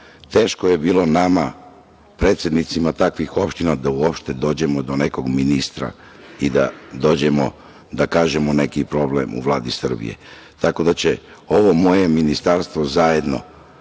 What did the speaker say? teško je bilo nama predsednicima takvih opština da uopšte dođemo do nekog ministra i da dođemo da kažemo neki problem u Vladi Srbije tako da će ovo moje Ministarstvo zajedno